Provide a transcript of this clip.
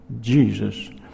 Jesus